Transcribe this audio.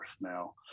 now